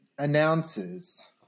announces